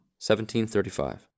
1735